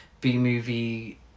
b-movie